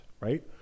Right